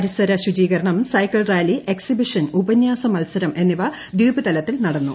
പരിസര ശുചീകരണം cycle rally exhibition ഉപന്യാസ മത്സരം എന്നിവ ദ്വീപ് തലത്തിൽ നടന്നു